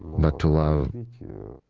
but to love. whom,